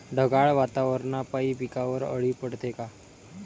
ढगाळ वातावरनापाई पिकावर अळी पडते का?